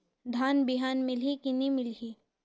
धान बिहान मिलही की नी मिलही?